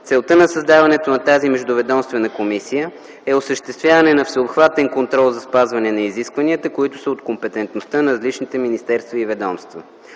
Целта на създаването на тази междуведомствена комисия е осъществяване на всеобхватен контрол за спазване на изискванията, които са от компетентността на различните министерства и ведомства.